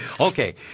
Okay